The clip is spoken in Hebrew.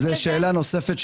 זה נושא בדיון.